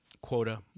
quota